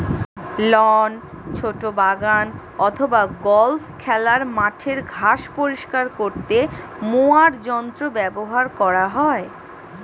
loan, ছোট বাগান অথবা গল্ফ খেলার মাঠের ঘাস পরিষ্কার করতে মোয়ার যন্ত্র ব্যবহার করা হয়